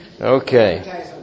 Okay